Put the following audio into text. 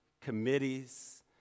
committees